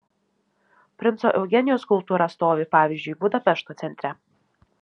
princo eugenijaus skulptūra stovi pavyzdžiui budapešto centre